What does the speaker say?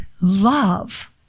love